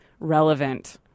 Relevant